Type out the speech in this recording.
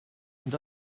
and